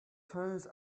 turns